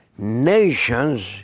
Nations